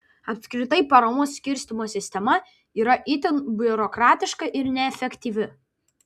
apskritai paramos skirstymo sistema yra itin biurokratiška ir neefektyvi